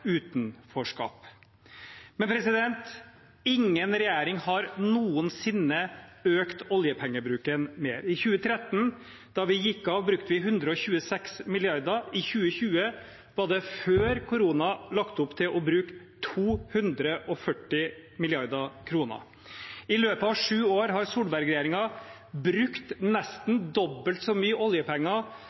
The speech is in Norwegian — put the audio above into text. utenforskap. Men ingen regjering har noensinne økt oljepengebruken mer. I 2013, da vi gikk av, brukte vi 126 mrd. kr. I 2020 var det – før korona – lagt opp til å bruke 240 mrd. kr. I løpet av sju år har Solberg-regjeringen brukt nesten dobbelt så mye oljepenger